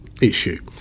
issue